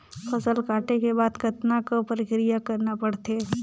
फसल काटे के बाद कतना क प्रक्रिया करना पड़थे?